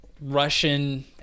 russian